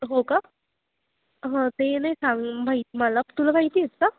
हो का ते नाही सांग माहीत मला तुला माहिती आहेत का